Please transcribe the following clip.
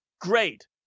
Great